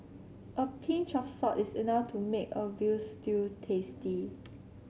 a pinch of salt is enough to make a veal stew tasty